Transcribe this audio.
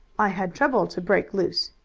i had trouble to break loose.